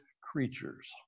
creatures